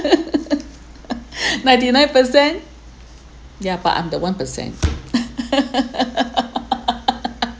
ninety nine percent yeah but I'm the one percent